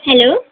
hello